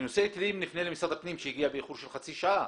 בנושא היטלים נפנה למשרד הפנים שהגיע באיחור של חצי שעה,